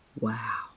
Wow